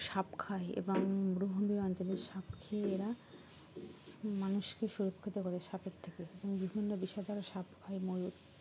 সাপ খায় এবং অঞ্চলের সাপ খেয়ে এরা মানুষকে সুরক্ষিত করে সাপের থেকে এবং বিভিন্ন বিষয় দ্বারা সাপ খায় ময়ূুর